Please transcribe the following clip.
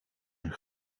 een